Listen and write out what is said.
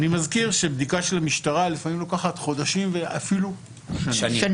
אני מזכיר שבדיקה של המשטרה לפעמים לוקחת חודשים ואפילו שנים.